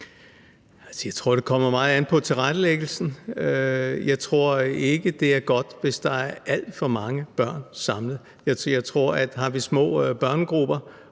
Jeg tror, det kommer meget an på tilrettelæggelsen. Jeg tror ikke, det er godt, hvis der er alt for mange børn samlet. Jeg tror, at hvis vi har små børnegrupper